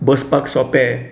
बसपाक सोपे